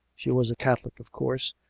she was a catholic, of course,